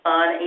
on